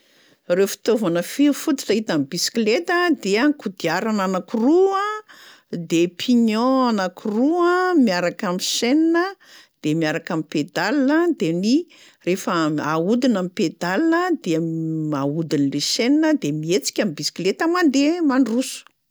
Reo fitaovana fi- fototra hita am'bisikleta dia kodiarana anankiroa, de pignon anankiroa miaraka amy chaîne a de miaraka am'pédale a; de ny- rehefa ahodina ny pédale dia ahodin'le chaîne a de mihetsika ny bisikleta mandeha mandroso.